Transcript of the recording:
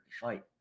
fight